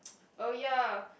oh ya